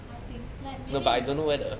I think like maybe you